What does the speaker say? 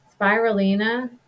spirulina